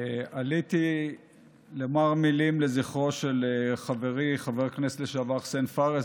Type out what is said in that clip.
עליתי לומר מילים לזכרו של חברי חבר הכנסת לשעבר חסיין פארס,